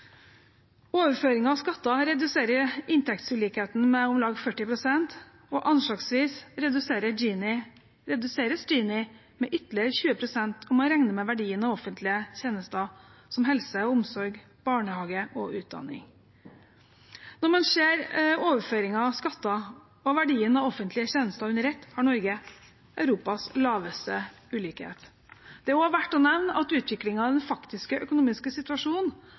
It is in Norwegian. Overføringer og skatter reduserer inntektsulikheten med om lag 40 pst. Anslagsvis reduseres Gini-koeffisienten med ytterligere 20 pst., om man regner med verdien av offentlige tjenester som helse og omsorg, barnehage og utdanning. Når man ser overføringer, skatter og verdien av offentlige tjenester under ett, har Norge Europas laveste ulikhet. Det er også verdt å nevne at utviklingen i den faktiske økonomiske situasjonen,